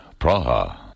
Praha